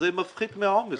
זה היה מפחית מהעומס